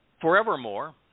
Forevermore